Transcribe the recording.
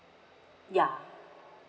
ya